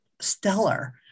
stellar